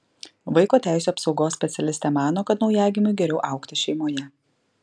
vaiko teisių apsaugos specialistė mano kad naujagimiui geriau augti šeimoje